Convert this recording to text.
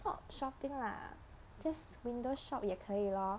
not shopping lah just window shop 也可以 lor